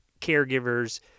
caregivers